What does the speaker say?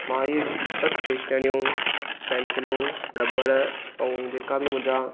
मां इहे सभु स्टेशनरियूं पेंसिलूं रॿड़ ऐं जेका बि मुंहिंजा